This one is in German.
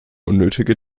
unnötige